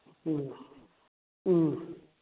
ꯎꯝ ꯎꯝ